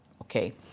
okay